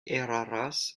eraras